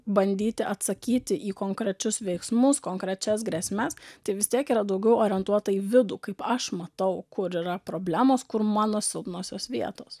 bandyti atsakyti į konkrečius veiksmus konkrečias grėsmes tai vis tiek yra daugiau orientuota į vidų kaip aš matau kur yra problemos kur mano silpnosios vietos